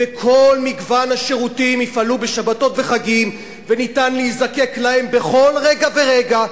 וכל מגוון השירותים יפעלו בשבתות וחגים וניתן להזדקק להם בכל רגע ורגע.